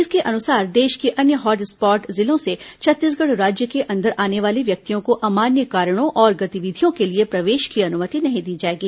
इसके अनुसार देश के अन्य हॉट स्पॉट जिलों से छत्तीसगढ़ राज्य के अंदर आने वाले व्यक्तियों को अमान्य कारणों और गतिविधियों के लिए प्रवेश की अनुमति नहीं दी जाएगी